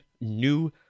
new